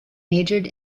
majored